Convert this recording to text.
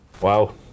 Wow